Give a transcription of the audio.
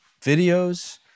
videos